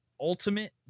ultimate